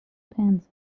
panza